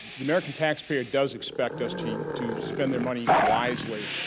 the american taxpayer does expect us to to spend their money wisely,